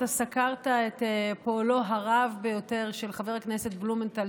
אתה סקרת את פועלו הרב ביותר של חבר הכנסת בלומנטל,